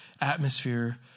atmosphere